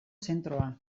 zentroa